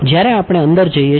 જ્યારે આપણે અંદર જઈએ છીએ